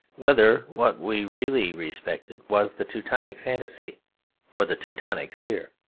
whether what we really respected was the teutonic fantasy or the teutonic fear.